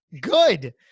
Good